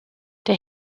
der